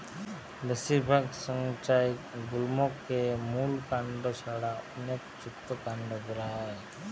বেশিরভাগ সংজ্ঞায় গুল্মকে মূল কাণ্ড ছাড়া অনেকে যুক্তকান্ড বোলা হয়